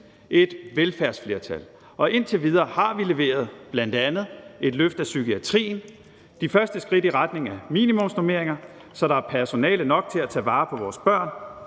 et velfærdsflertal. Og indtil videre har vi leveret, bl.a. et løft af psykiatrien, de første skridt i retning af minimumsnormeringer, så der er personale nok til at tage vare på vores børn,